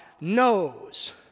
knows